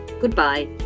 goodbye